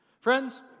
Friends